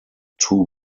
two